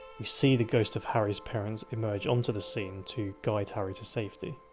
we see the ghost of harry's parents emerge onto the scene to guide harry to safety.